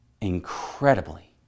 incredibly